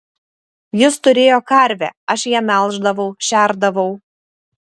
jis turėjo karvę aš ją melždavau šerdavau